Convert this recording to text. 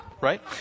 right